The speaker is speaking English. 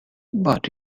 but